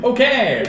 Okay